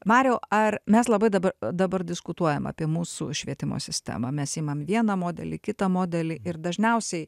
mariau ar mes labai dabar dabar diskutuojam apie mūsų švietimo sistemą mes imam vieną modelį kitą modelį ir dažniausiai